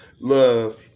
love